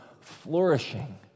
flourishing